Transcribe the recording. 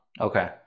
Okay